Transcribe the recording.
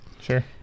Sure